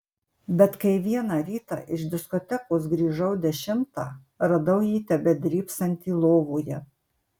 bet kai vieną rytą iš diskotekos grįžau dešimtą radau jį tebedrybsantį lovoje